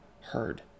heard